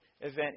event